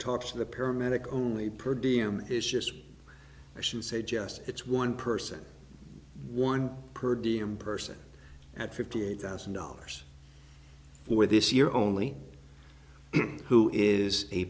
talks to the paramedic only perdiem is just i should say just it's one person one per diem person at fifty eight thousand dollars for this year only who is a